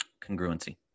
congruency